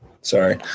Sorry